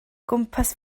gwmpas